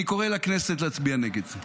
אני קורא לכנסת להצביע נגד זה.